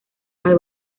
hay